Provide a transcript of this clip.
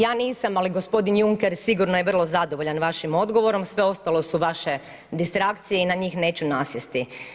Ja nisam, ali g. Junker, je sigurno vrlo zadovoljan vašim odgovorom, sve ostalo su vaše distrakcije i na njih neću nasjesti.